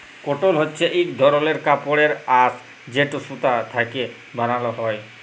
কটল হছে ইক ধরলের কাপড়ের আঁশ যেট সুতা থ্যাকে বালাল হ্যয়